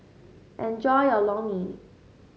enjoy your Lor Mee